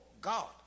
God